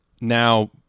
Now